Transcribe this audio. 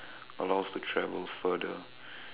allow us to travel further